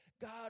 God